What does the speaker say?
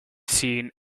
seen